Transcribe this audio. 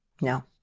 No